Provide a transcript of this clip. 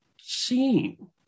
seen